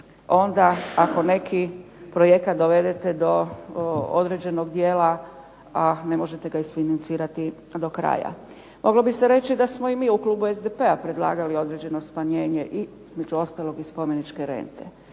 onda ako neki projekat dovedete do određenog dijela, a ne možete ga isfinancirati do kraja. Moglo bi se reći da smo i mi u klubu SDP-a određeno smanjenje a između ostalog i spomeničke rente.